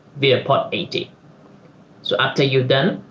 via port eighty so after you done